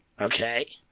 Okay